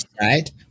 right